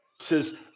Says